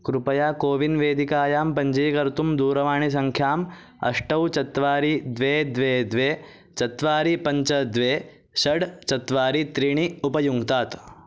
कृपया कोविन् वेदिकायां पञ्जीकर्तुं दूरवाणीसङ्ख्याम् अष्टौ चत्वारि द्वे द्वे द्वे चत्वारि पञ्च द्वे षड् चत्वारि त्रीणि उपयुङ्क्तात्